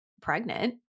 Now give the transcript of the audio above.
pregnant